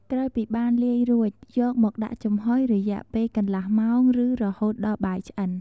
ក្រោយពីបានលាយរួច យកមកដាក់ចំហុយរយៈពេលកន្លះម៉ោងឬរហូតដល់បាយឆ្អិន។